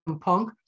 Punk